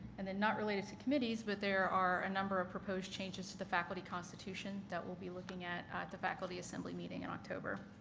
and and not related to committees, but there are a number of proposed changes to the faculty constitution that we will be looking at at the faculty assembly meeting in october.